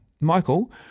Michael